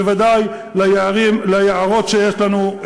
בוודאי ליערות שיש לנו,